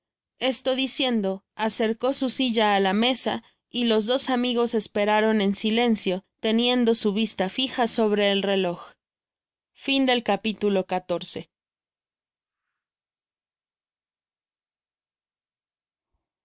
esto diciendo acercó su silla á la mesa y los dos amigos esperaron en silencio teniendo su vista fija sobre el reló